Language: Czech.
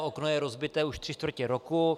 Okno je rozbité už tři čtvrtě roku.